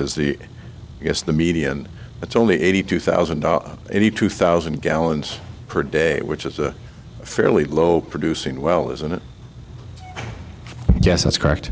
is the us the media and it's only eighty two thousand eighty two thousand gallons per day which is a fairly low producing well isn't it yes that's correct